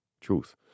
truth